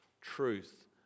truth